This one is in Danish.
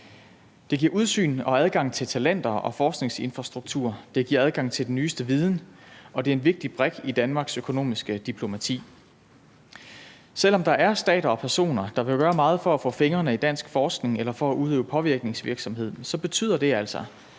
Det giver udsyn og adgang til talenter og forskningsinfrastruktur, det giver adgang til den nyeste viden, og det er en vigtig brik i Danmarks økonomiske diplomati. Selv om der er stater og personer, der vil gøre meget for at få fingrene i dansk forskning eller for at udøve påvirkningsvirksomhed, betyder det altså